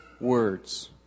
words